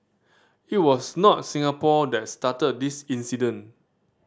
it was not Singapore that started this incident